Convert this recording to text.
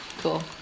cool